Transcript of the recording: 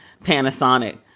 Panasonic